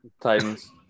Titans